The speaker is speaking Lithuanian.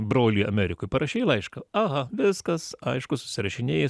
brolį amerikoj parašei laišką aha viskas aišku susirašinėji